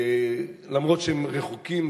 למרות שהם רחוקים,